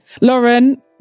Lauren